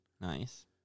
Nice